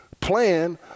plan